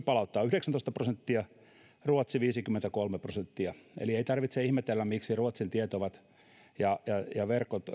palauttaa yhdeksäntoista prosenttia ruotsi viisikymmentäkolme prosenttia eli ei tarvitse ihmetellä miksi ruotsin tiet ja ja